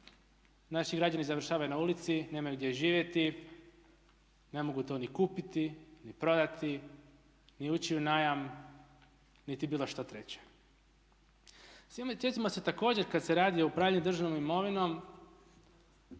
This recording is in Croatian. naši građani završavaju na ulici, nemaju gdje živjeti, ne mogu to ni kupiti, ni prodati, ni ući u najam niti bilo što treće. Sjetimo se također kad se radi o upravljanju državnom imovinom